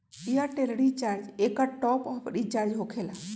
Airtel recharge एकर top off recharge होकेला?